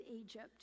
Egypt